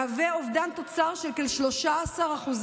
אובדן תוצר של כ-13%.